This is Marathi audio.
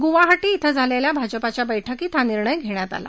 गुवाहारी इथं काल झालेल्या भाजपाच्या बैठकीत हा निर्णय घेण्यात आला